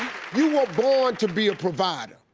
you were born to be a provider.